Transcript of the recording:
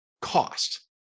cost